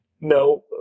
no